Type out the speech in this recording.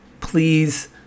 Please